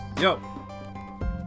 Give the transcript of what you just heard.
Yo